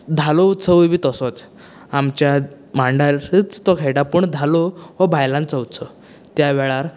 धालो उत्सवय बी तसोच आमच्या मांडारच तो खेळटा पूण धालो हो बायलांचो उत्सव त्या वेळार